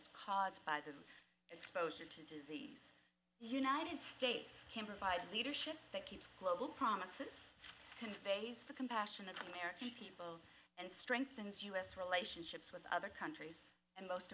is caused by the exposure to disease united states can provide leadership to keep global promises to face the compassion of the american people and strengthens us relationships with other countries and most